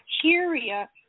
criteria